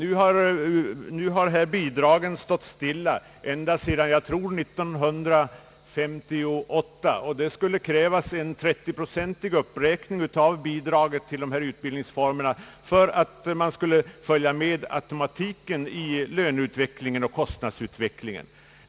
Bidraget har stått stilla om jag inte missminner mig ända sedan 1958 och det skulle krävas en minst trettioprocentig uppräkning av bidraget till dessa utbildningsformer för att följa med automatiken i löneoch kostnadsutvecklingen.